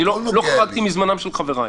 אני לא חרגתי מזמנם של חבריי.